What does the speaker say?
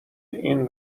این